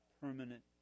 permanent